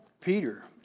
Peter